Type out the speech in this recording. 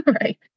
Right